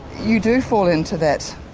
you do fall in to that,